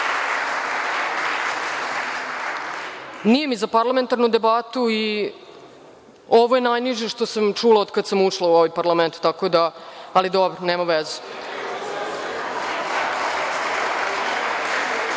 nije mi za parlamentarnu debatu i ovo je najniže što sam čula od kada sam ušla u ovaj parlament, ali dobro, nema